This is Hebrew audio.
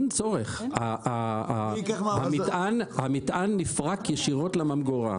המטען נפרק ישירות לממגורה.